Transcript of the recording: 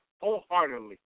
wholeheartedly